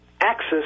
axis